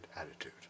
attitude